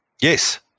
Yes